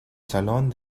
salón